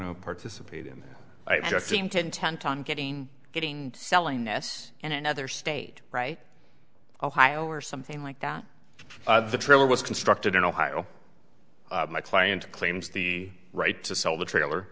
to participate in that i just seemed to intent on getting getting selling ness in another state right ohio or something like that the trailer was constructed in ohio my client claims the right to sell the trailer